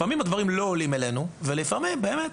לפעמים הדברים לא עולים אלינו וזה משהו אחר.